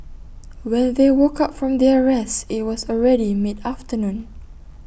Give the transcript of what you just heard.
when they woke up from their rest IT was already mid afternoon